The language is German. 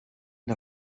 der